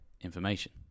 information